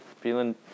Feeling